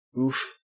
oof